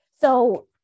So-